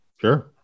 sure